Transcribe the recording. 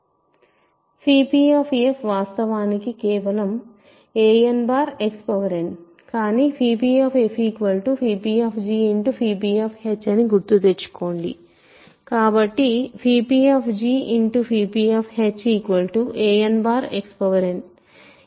p వాస్తవానికి కేవలం a nXn కానీ pppఅని గుర్తుతెచ్చుకోండి కాబట్టి pp a nXn